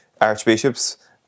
archbishops